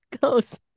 goes